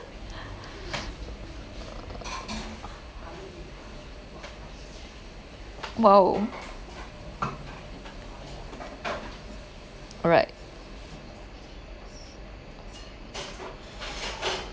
!wow! alright